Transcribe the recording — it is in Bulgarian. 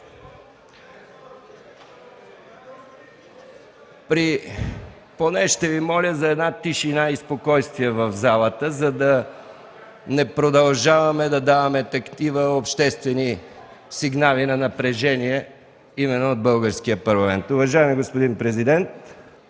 Поне ще Ви моля за тишина и спокойствие в залата, за да не продължаваме да даваме такива обществени сигнали на напрежение, именно от българския парламент. (Реплики от